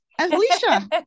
Alicia